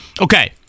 okay